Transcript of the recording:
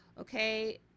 Okay